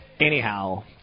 Anyhow